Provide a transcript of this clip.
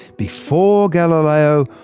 before galileo,